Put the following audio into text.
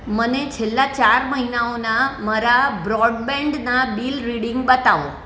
મને છેલ્લા ચાર મહિનાઓના મારા બ્રોડબેન્ડના બિલ રીડિંગ બતાવો